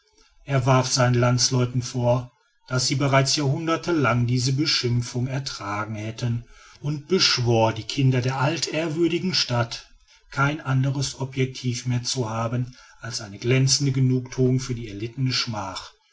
er warf seinen landsleuten vor daß sie bereits jahrhunderte lang diese beschimpfung ertragen hätten und beschwor die kinder der altehrwürdigen stadt kein anderes objectiv mehr zu haben als eine glänzende genugthuung für die erlittene schmach